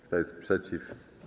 Kto jest przeciw?